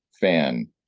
fan